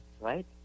right